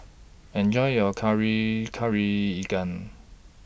Enjoy your Kari Kari Ikan